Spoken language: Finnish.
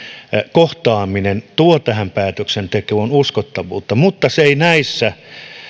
kohtaaminen tuo tähän päätöksentekoon uskottavuutta mutta se ei näissä